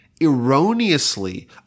erroneously